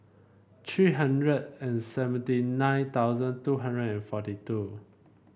three hundred and seventy nine thousand two hundred and forty two